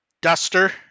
duster